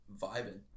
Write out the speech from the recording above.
vibing